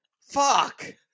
Fuck